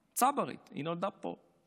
צברית, היא נולדה פה.